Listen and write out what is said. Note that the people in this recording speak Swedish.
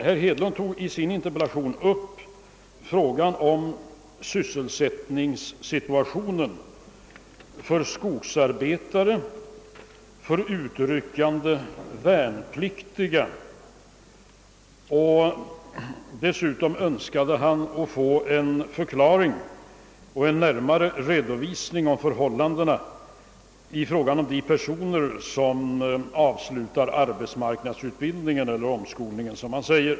Herr Hedlund tog i sin interpellation upp frågan om sysselsättningssituationen för skogsarbetare och för utryckande värnpliktiga och önskade dessutom få en närmare redovisning av förhållan dena för de personer som avslutar arbetsmarknadsutbildningen eller, såsom han kallade den, omskolningen.